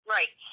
Right